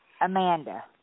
Amanda